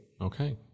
Okay